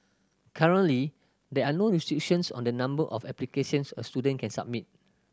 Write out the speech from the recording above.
currently there are no restrictions on the number of applications a student can submit